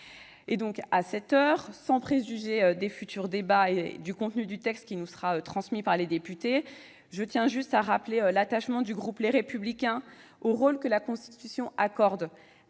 À cette heure, et sans préjuger des débats ni du contenu du texte qui nous sera transmis par les députés, je rappelle l'attachement du groupe Les Républicains au rôle que la Constitution accorde